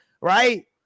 right